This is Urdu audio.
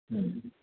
ہوں